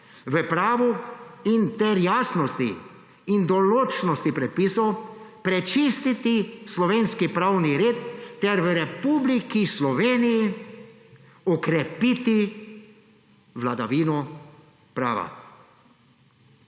v pravo ter jasnosti in določnosti predpisov prečistiti slovenski pravni red ter v Republiki Sloveniji okrepiti vladavino prava.